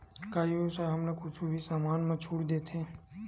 का ई व्यवसाय ह हमला कुछु भी समान मा छुट देथे?